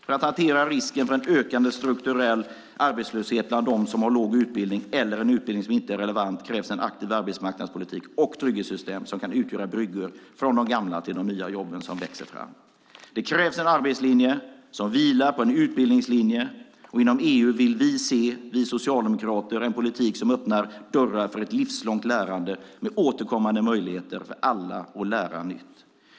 För att hantera risken för ökande strukturell arbetslöshet bland dem som har låg utbildning eller en utbildning som inte är relevant krävs en aktiv arbetsmarknadspolitik och trygghetssystem som kan utgöra bryggor från de gamla till de nya jobben som växer fram. Det krävs en arbetslinje som vilar på en utbildningslinje, och vi socialdemokrater vill se en politik inom EU som öppnar dörrar för ett livslångt lärande med återkommande möjligheter att lära nytt.